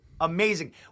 amazing